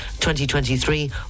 2023